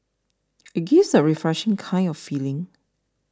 it gives a refreshing kind of feeling